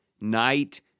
night